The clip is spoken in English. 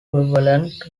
equivalent